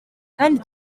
kandi